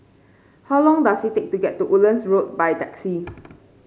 how long does it take to get to Woodlands Road by taxi